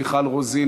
מיכל רוזין,